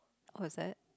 was that